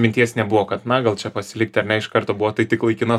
minties nebuvo kad na gal čia pasilikti ar ne iš karto buvo tai tik laikina